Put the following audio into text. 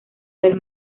del